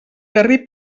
garrí